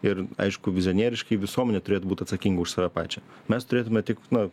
ir aišku vizionieriškai visuomenė turėtų būt atsakinga už save pačią mes turėtume tik na